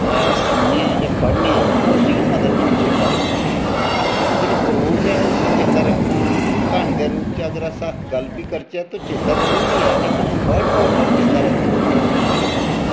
अ सुननेआं आं जां पढ़ने आं ओह् असेंगी मता चिर चेता रौहंदी ऐ तो जेह्ड़ी प्रोज़ ऐ उसी चेता रक्खना क्हानी दे रूप च अस गल्ल बी करचै ते चेता ते रौहंदी ऐ पर बर्ड बॉय बर्ड चेता रक्खना बड़ा मुश्कल ऐ